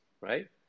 right